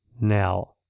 Now